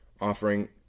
offering